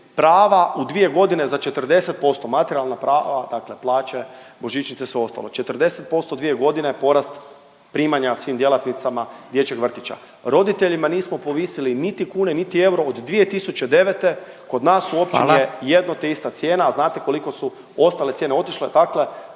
prava u dvije godine za 40%, materijalna prava, dakle plaće, božićnice sve ostalo, 40% u dvije godine je porast primanja svim djelatnicama dječjeg vrtića. Roditeljima nismo povisili niti kune, niti euro od 2009., kod nas u općini je …/Upadica Radin: Hvala./… jedna te ista cijena, a znate koliko su ostale cijene otišle. Dakle,